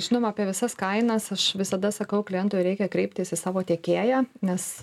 žinoma apie visas kainas aš visada sakau klientui reikia kreiptis į savo tiekėją nes